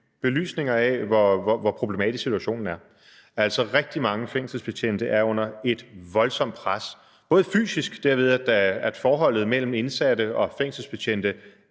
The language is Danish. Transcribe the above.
belysning af, hvor problematisk situationen er. Rigtig mange fængselsbetjente er under et voldsomt pres, både fysisk, derved at forholdet mellem indsatte og fængselsbetjente